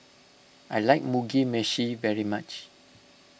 I like Mugi Meshi very much